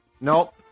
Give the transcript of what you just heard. Nope